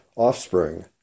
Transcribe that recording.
offspring